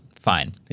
fine